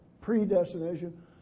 predestination